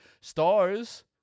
Stars